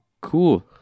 Cool